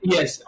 Yes